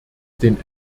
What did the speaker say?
den